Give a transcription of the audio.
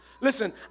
Listen